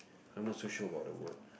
I'm not so sure about the word